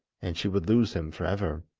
and she would lose him for ever.